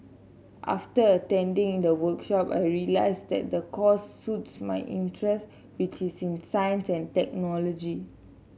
after attending the workshop I realised that the course suits my interest which is in science and technology